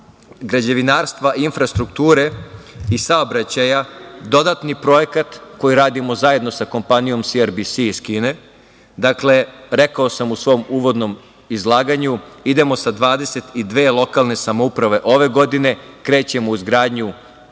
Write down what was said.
građevinarstva, infrastrukture i saobraćaja dodatni projekat, koji radimo zajedno sa kompanijom CRBC iz Kine. Dakle, rekao sam u svom uvodnom izlaganju, idemo sa 22 lokalne samouprave. Ove godine krećemo u izgradnju,